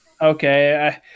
Okay